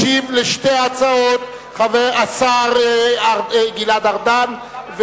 ישיב על שתי ההצעות השר גלעד ארדן.